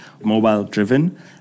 mobile-driven